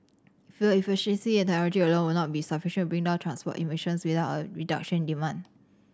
fuel efficiency and technology alone will not be sufficient bring down transport emissions without a reduction demand